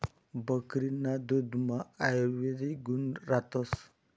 बकरीना दुधमा आयुर्वेदिक गुण रातस